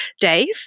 Dave